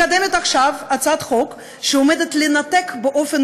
מקדמת עכשיו הצעת חוק שעומדת לנתק באופן